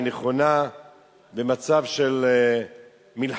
היא נכונה במצב של מלחמה,